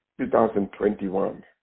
2021